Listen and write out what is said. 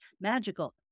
magical